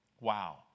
Wow